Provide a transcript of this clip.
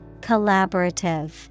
Collaborative